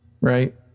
right